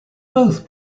both